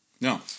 No